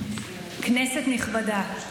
כנסת נכבדה,